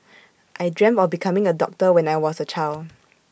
I dreamt of becoming A doctor when I was A child